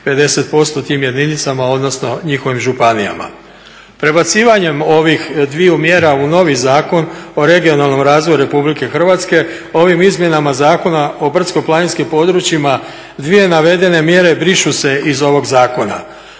50% tim jedinicama, odnosno njihovim županijama. Prebacivanjem ovih dviju mjera u novi Zakon o regionalnom razvoju Republike Hrvatske, ovim izmjenama Zakona o brdsko-planinskim područjima dvije navedene mjere brišu se iz ovog zakona.